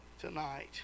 tonight